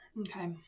Okay